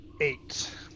Eight